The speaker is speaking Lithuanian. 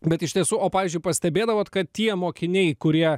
bet iš tiesų o pavyzdžiui pastebėdavot kad tie mokiniai kurie